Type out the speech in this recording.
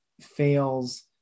fails